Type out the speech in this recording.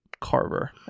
Carver